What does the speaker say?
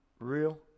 Real